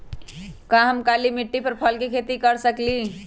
का हम काली मिट्टी पर फल के खेती कर सकिले?